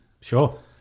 Sure